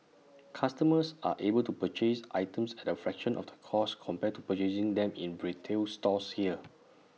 customers are able to purchase items at A fraction of the cost compared to purchasing them in retail stores here